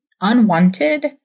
unwanted